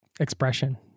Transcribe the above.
Expression